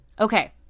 Okay